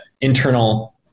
internal